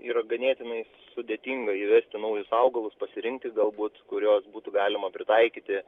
yra ganėtinai sudėtinga įvesti naujus augalus pasirinkti galbūt kuriuos būtų galima pritaikyti